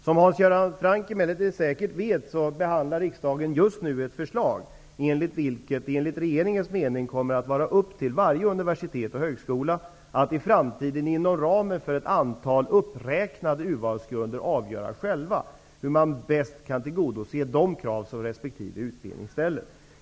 Som Hans Göran Franck emellertid säkert vet behandlar riksdagen just nu ett förslag enligt vilket det enligt regeringens mening kommer att vara upp till varje universitet och högskola att i framtiden, inom ramen för ett antal uppräknade urvalsgrunder, själva avgöra hur man bäst kan tillgodose de krav som resp. utbildning ställer.